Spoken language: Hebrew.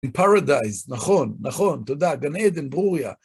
Paradise, נכון, נכון, תודה, גן עדן, ברוריה.